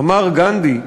אמר גנדי,